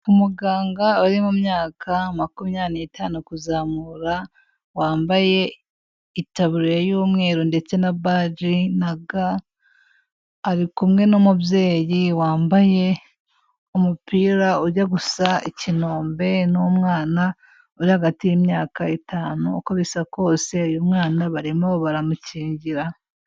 Umuganga uri mu myaka makumyabiri n'itanu kuzamura wambaye itaburiya y'umweru ndetse na badge na gant ari kumwe n'umubyeyi wambaye umupira ujya gusa ikinombe n'umwana uri hagati y'imyaka itanu uko bisa kose uyu mwana barimo baramukingira.